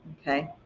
Okay